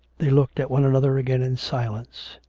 they looked at one another again in silence.